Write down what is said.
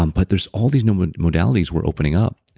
um but there's all these new modalities we're opening up.